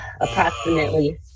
approximately